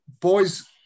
Boys